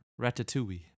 Ratatouille